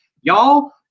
y'all